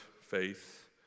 faith